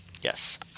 Yes